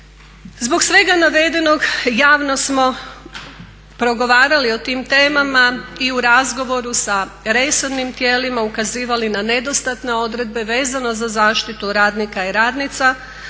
Zbog svega navedenog javno smo progovarali o tim temama i u razgovoru sa resornim tijelima ukazivali na nedostatne odredbe vezano za zaštiti radnika i radnica,